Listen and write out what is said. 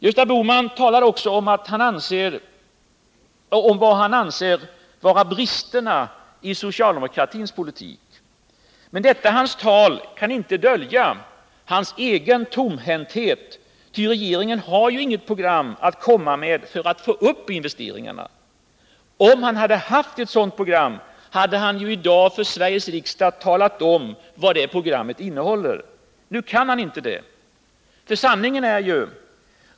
Gösta Bohman talar också om det som han anser vara bristerna i socialdemokraternas politik. Men detta hans tal kan inte dölja hans egen tomhänthet, ty regeringen har ju inget program att komma med för att få upp investeringarna. Om Gösta Bohman hade haft ett sådant program, hade han i dag för Sveriges riksdag talat om vad det innehåller. Nu kan han inte göra det.